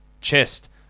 chest